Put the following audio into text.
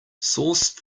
sauce